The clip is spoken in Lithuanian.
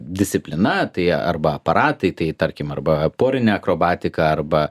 discipliną tai arba aparatai tai tarkim arba porinę akrobatiką arba